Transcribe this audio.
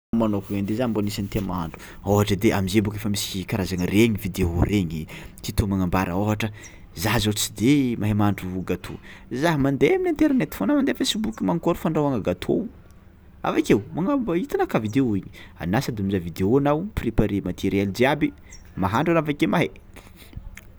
Manôkagna ndeha za mbô nisy niteny mahandro ôhatra edy e am'zay bôka efa misy karazagna regny vidéo regny, tuto magnambara ôhatra za zao tsy de mahay mahandro gâteau, za mandeha amin'ny internet fao na mandeha facebook manakôry fandrahoagna gâteau, avy akeo magnano mbô hitanakahy vidéo igny, anà sady mizaha vidéo anao, mi-preparer matériel jiaby mahandro anao avy ake mahay.